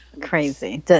crazy